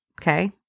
okay